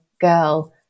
girl